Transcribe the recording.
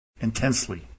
intensely